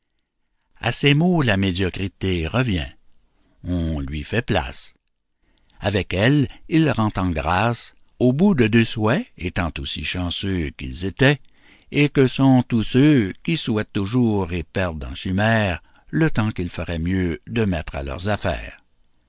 à ces mots la médiocrité revient on lui fait place avec elle ils rentrent en grâce au bout de deux souhaits étant aussi chanceux qu'ils étaient et que tous ceux qui souhaitent toujours et perdent en chimères le temps qu'ils feraient mieux de mettre à leurs affaires